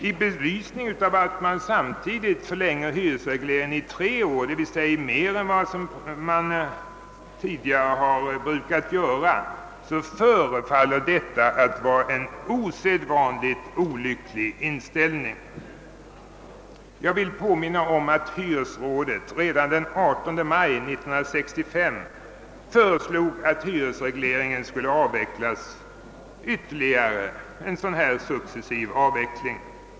I belysning av att hyresregleringen samtidigt förlänges i tre år, d. v. s. mer än vad som tidigare varit brukligt, förefaller detta vara en osedvanligt olycklig inställning. Jag vill påminna om att hyresrådet redan den 18 maj 1965 föreslog att hyresregleringen skulle avvecklas successivt.